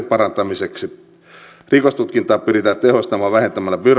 parantamiseksi rikostutkintaa pyritään tehostamaan vähentämällä byrokratiaa ja